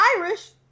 Irish